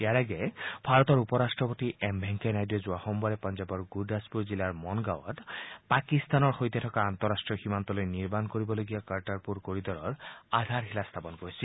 ইয়াৰ আগেয়ে ভাৰতৰ উপ ৰাট্টপতি এম ভেংকায়া নাইডুৱে যোৱা সোমবাৰে পঞ্জাবৰ গুৰদাসপুৰ জিলাৰ মন গাঁৱত পাকিস্তানৰ সৈতে থকা আন্তঃৰাষ্ট্ৰীয় সীমান্তলৈ নিৰ্মাণ কৰিবলগীয়া কৰ্টাৰপুৰ কৰিডৰৰ আধাৰশিলা স্থাপন কৰিছিল